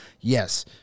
yes